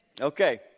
Okay